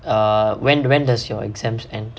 err when when does your exams end